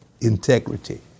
integrity